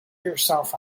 yourself